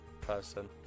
person